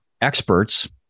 experts